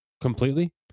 completely